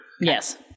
Yes